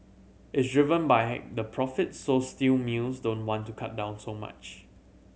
it's driven by the profits so steel mills don't want to cut down so much